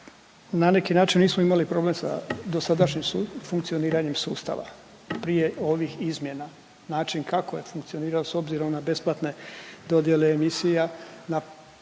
na neki način nismo imali problem sa dosadašnjim funkcioniranjem sustava prije ovih izmjena. Način kako je funkcionirao s obzirom na besplatne dodjele emisija